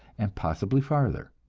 and possibly farther.